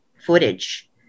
footage